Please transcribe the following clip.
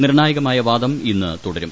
നിർണായകമായ വാദം ഇന്ന് തുടരും